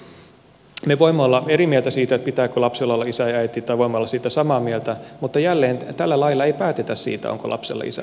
me voimme olla eri mieltä siitä pitääkö lapsella olla isä ja äiti tai voimme olla siitä samaa mieltä mutta jälleen tällä lailla ei päätetä siitä onko lapsella isä ja äiti